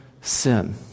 sin